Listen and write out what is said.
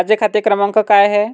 माझा खाते क्रमांक काय आहे?